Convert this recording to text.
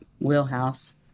wheelhouse